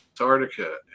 Antarctica